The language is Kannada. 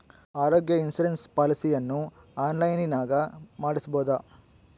ಆರೋಗ್ಯ ಇನ್ಸುರೆನ್ಸ್ ಪಾಲಿಸಿಯನ್ನು ಆನ್ಲೈನಿನಾಗ ಮಾಡಿಸ್ಬೋದ?